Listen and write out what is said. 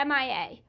MIA